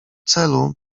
celu